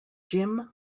jim